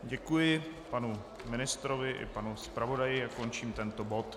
Děkuji panu ministrovi i panu zpravodaji a končím tento bod.